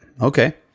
Okay